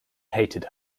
hated